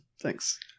Thanks